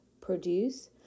produce